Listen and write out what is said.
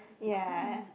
ya